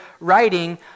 writing